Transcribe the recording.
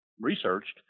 researched